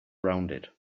rounded